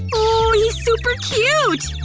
ooh, he's super cute!